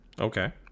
Okay